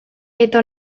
eta